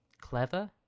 clever